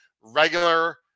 Regular